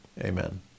Amen